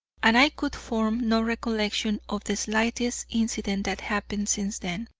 and i could form no recollection of the slightest incident that happened since then.